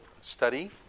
study